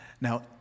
Now